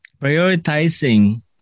prioritizing